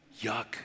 yuck